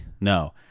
No